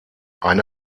eine